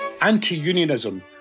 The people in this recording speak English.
Anti-unionism